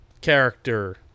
character